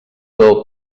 del